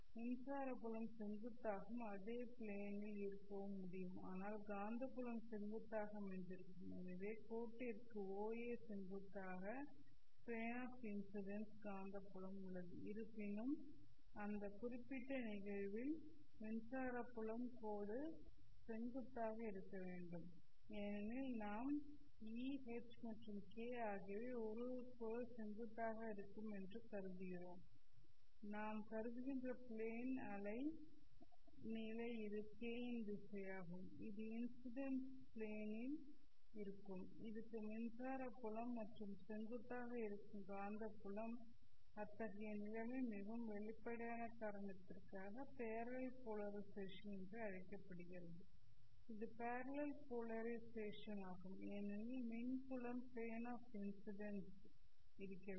மின்சார புலம் செங்குத்தாகவும் அதே பிளேன் ல் இருக்கவும் முடியும் ஆனால் காந்தப்புலம் செங்குத்தாக அமைந்திருக்கும் எனவே கோட்டிற்கு oa செங்குத்தாக பிளேன் ஆஃ இன்ஸிடென்ஸ் காந்தப்புலம் உள்ளது இருப்பினும் அந்த குறிப்பிட்ட நிகழ்வில் மின்சார புலம் கோடு செங்குத்தாக இருக்க வேண்டும் ஏனெனில் நாம் E' H' மற்றும் k' ஆகியவை ஒருவருக்கொருவர் செங்குத்தாக இருக்கும் என்று கருதுகிறோம் நாம் கருதுகின்ற பிளேன் அலை நிலை இது k' இன் திசையாகும் இது இன்ஸிடென்ஸ் பிளேன் ல் இருக்கும் மின்சார புலம் மற்றும் செங்குத்தாக இருக்கும் காந்தப்புலம் அத்தகைய நிலைமை மிகவும் வெளிப்படையான காரணத்திற்காக பேரலல் போலரிசெஷன் என அழைக்கப்படுகிறது இது பேரலல் போலரிசெஷன் ஆகும் ஏனெனில் மின் புலம் பிளேன் ஆஃ இன்ஸிடென்ஸ் இருக்கிறது